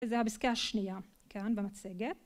זה הפיסקה השנייה כאן במצגת.